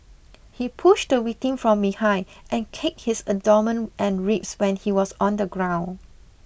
he pushed the victim from behind and kicked his abdomen and ribs when he was on the ground